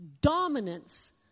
dominance